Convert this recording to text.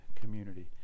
community